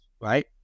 right